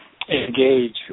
engage